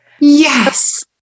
Yes